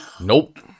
Nope